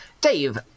Dave